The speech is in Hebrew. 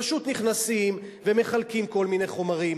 פשוט נכנסים ומחלקים כל מיני חומרים.